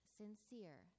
sincere